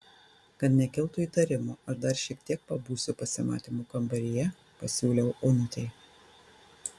kad nekiltų įtarimo aš dar šiek tiek pabūsiu pasimatymų kambaryje pasiūliau onutei